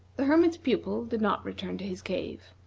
the hermit's pupil did not return to his cave.